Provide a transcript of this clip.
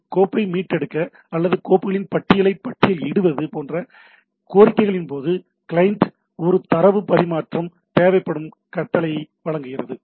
ஒரு கோப்பை மீட்டெடுக்க அல்லது கோப்புகளின் பட்டியலை பட்டியலிடுவது போன்ற கோரிக்கைகளின் போது கிளையன்ட் ஒரு தரவு பரிமாற்றம் தேவைப்படும் கட்டளையை வழங்குகிறது